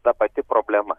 ta pati problema